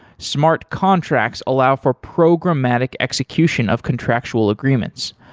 smart contracts allow for programmatic execution of contractual agreements,